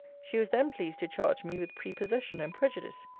she was then pleased to charge me with prepossession and prejudice.